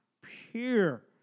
pure